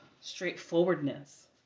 straightforwardness